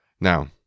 Now